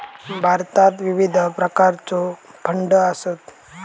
भारतात विविध प्रकारचो फंड आसत